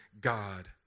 God